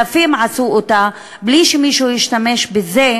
אלפים עשו אותה בלי שמישהו ישתמש בזה